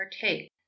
partake